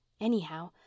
Anyhow